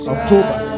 October